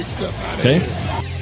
Okay